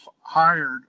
hired